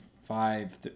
five